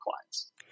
clients